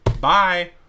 Bye